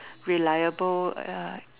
reliable